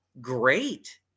great